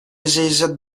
zeizat